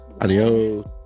Adios